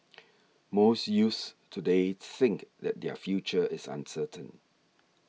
most youths today think that their future is uncertain